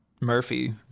Murphy